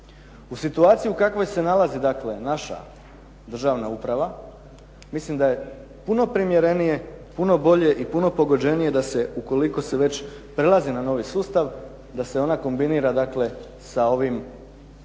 U situaciji u kakvoj se nalazi dakle naša državna uprava mislim da je puno primjerenije, puno bolje i puno pogođenije da se ukoliko se već prelazi na novi sustav da se ona kombinira dakle sa radnim